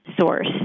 source